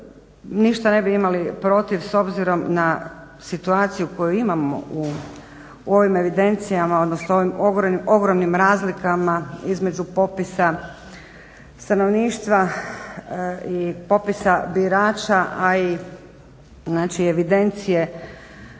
ništa ne bi imali protiv s obzirom na situaciju koju imamo u ovim evidencijama odnosno ovim ogromnim razlikama između popisa stanovništva i popisa birača a i evidencije